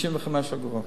95 אגורות.